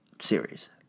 series